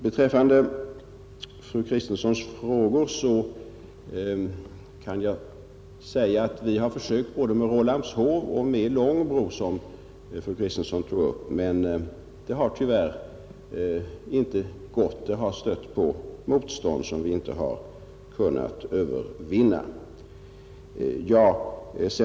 Beträffande fru Kristenssons frågor kan jag säga att vi har försökt både med Rålambshov och med Långbro, som fru Kristensson tog upp, men det har tyvärr inte gått att ordna med provisoriska lokaler. Det har stött på motstånd som vi inte har kunnat övervinna.